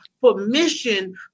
permission